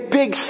big